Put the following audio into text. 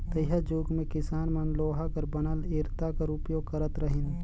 तइहाजुग मे किसान मन लोहा कर बनल इरता कर उपियोग करत रहिन